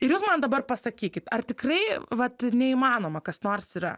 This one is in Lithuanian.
ir jūs man dabar pasakykit ar tikrai vat neįmanoma kas nors yra